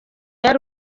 ari